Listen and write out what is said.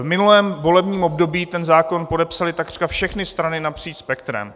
V minulém volebním období ten zákon podepsaly takřka všechny strany napříč spektrem.